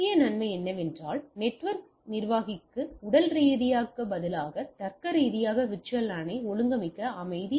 முக்கிய நன்மை என்னவென்றால் நெட்வொர்க் நிர்வாகிக்கு உடல் ரீதியாக பதிலாக தர்க்கரீதியாக LAN ஐ ஒழுங்கமைக்க அனுமதி